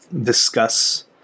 discuss